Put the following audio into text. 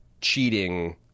cheating